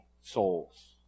souls